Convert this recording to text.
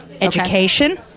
education